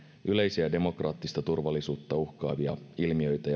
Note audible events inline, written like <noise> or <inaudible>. yleisiä demokraattista turvallisuutta uhkaavia ilmiöitä <unintelligible>